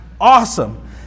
awesome